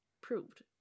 proved